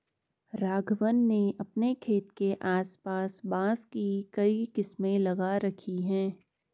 राघवन ने अपने खेत के आस पास बांस की कई किस्में लगा रखी हैं